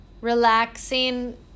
relaxing